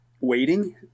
waiting